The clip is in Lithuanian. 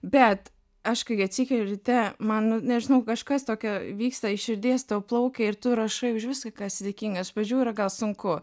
bet aš kai atsikeliu ryte man nu nežinau kažkas tokio vyksta iš širdies tau plaukia ir tu rašai už viską ką esi dėkingas iš pradžių yra gal sunku